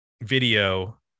video